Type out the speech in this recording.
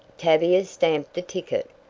tavia stamped the ticket.